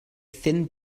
thin